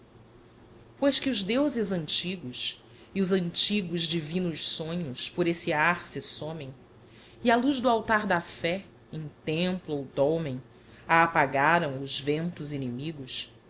pois que os deuses antigos e os antigos divinos sonhos por esse ar se somem e á luz do altar da fé em templo ou dolmen a apagaram os ventos inimigos